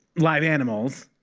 live animals.